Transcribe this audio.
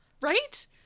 right